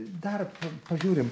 dar pažiūrim